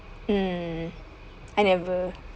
mm I never